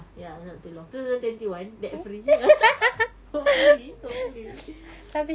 ya not too long two thousand twenty one that free hopefully hopefully